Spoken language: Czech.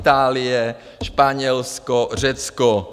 Itálie, Španělsko, Řecko.